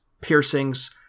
piercings